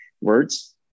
words